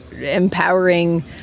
empowering